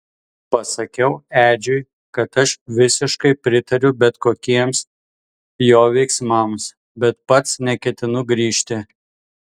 pasakiau edžiui kad aš visiškai pritariu bet kokiems jo veiksmams bet pats neketinu grįžti